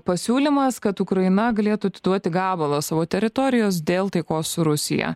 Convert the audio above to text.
pasiūlymas kad ukraina galėtų atiduoti gabalą savo teritorijos dėl taikos su rusija